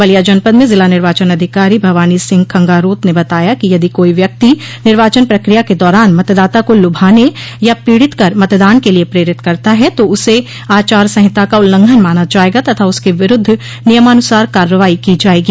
बलिया जनपद में जिला निर्वाचन अधिकारी भवानी सिंह खंगारोत ने बताया कि यदि कोई व्यक्ति निर्वाचन प्रक्रिया के दौरान मतदाता को लुभाने या पीड़ित कर मतदान के लिये प्रेरित करता है तो उसे आचार संहिता का उलंघन माना जायेगा तथा उसके विरूद्ध नियमानुसार कार्रवाई की जायेगी